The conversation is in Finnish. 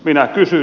minä kysyn